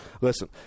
listen